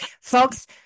Folks